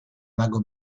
mago